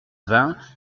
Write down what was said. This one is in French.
vingts